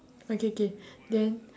okay K then